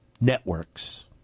networks